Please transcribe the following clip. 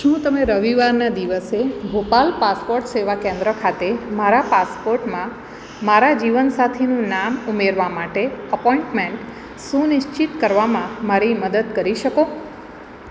શું તમે રવિવારના દિવસે ભોપાલ પાસપોર્ટ સેવા કેન્દ્ર ખાતે મારા પાસપોર્ટમાં મારા જીવનસાથીનું નામ ઉમેરવા માટે અપોઇન્ટમેન્ટ સુનિશ્ચિત કરવામાં મારી મદદ કરી શકો